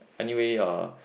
anyway uh